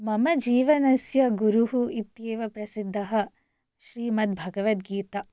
मम जीवनस्य गुरुः इत्येव प्रसिद्धः श्रीमद्भगवद्गीता